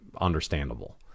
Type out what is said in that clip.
understandable